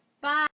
Bye